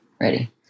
ready